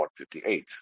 158